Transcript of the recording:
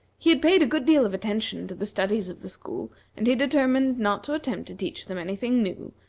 he had paid a good deal of attention to the studies of the school, and he determined not to attempt to teach them any thing new,